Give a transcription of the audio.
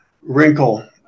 wrinkle